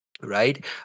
right